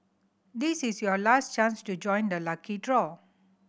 this is your last chance to join the lucky draw